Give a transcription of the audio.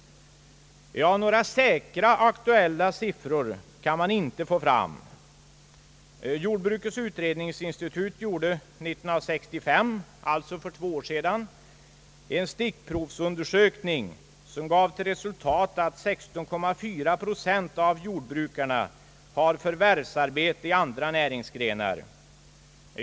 Ja, några säkra aktuella siffror kan man inte få fram. Jordbrukets utredningsinstitut gjorde 1965, alltså för två år sedan, en stickprovsundersökning som gav till resultat att 16,4 procent av jordbrukarna har förvärvsarbete i andra näringsgrenar.